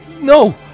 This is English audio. No